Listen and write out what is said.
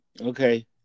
Okay